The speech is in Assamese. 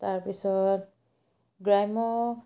তাৰপিছত গ্ৰাম্য